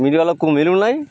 ମିିିଳିବା ଲୋକକୁ ମିଳୁ ନାଇ